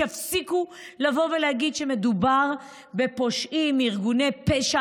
שיפסיקו לבוא ולהגיד שמדובר בפושעים, בארגוני פשע.